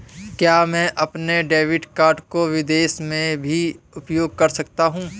क्या मैं अपने डेबिट कार्ड को विदेश में भी उपयोग कर सकता हूं?